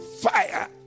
Fire